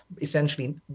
essentially